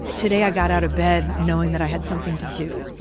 ah today, i got out of bed knowing that i had something to do,